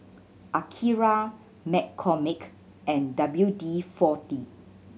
Akira McCormick and W D Forty